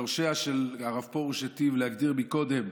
יורשיה של אותה תנועה רפורמית שהרב פרוש היטיב להגדיר קודם,